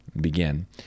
begin